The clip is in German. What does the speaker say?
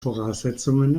voraussetzungen